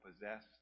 possess